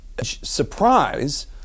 surprise